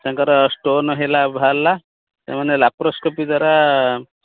ତାଙ୍କର ଷ୍ଟୋନ୍ ହେଲା ବାହାରିଲା ସେମାନେ ଲାପ୍ରୋସ୍କୋପି ଦ୍ୱାରା